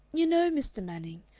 you know, mr. manning,